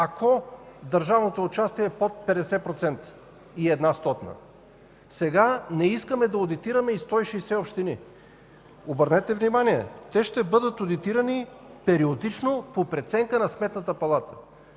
ако държавното участие е под 50% и една стотна. Сега не искаме да одитираме и 160 общини. Обърнете внимание, те ще бъдат одитирани периодично по преценка на Сметната палата.